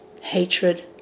hatred